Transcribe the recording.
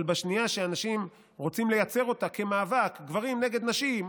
אבל בשנייה שאנשים רוצים לייצר אותה כמאבק: גברים נגד נשים,